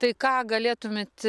tai ką galėtumėt